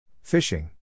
fishing